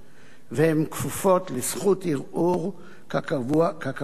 והן כפופות לזכות ערעור, כקבוע בדין.